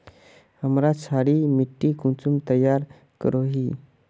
हमार क्षारी मिट्टी कुंसम तैयार करोही?